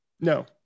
no